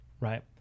right